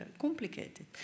complicated